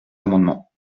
amendements